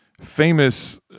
famous